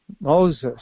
Moses